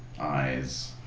eyes